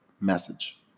message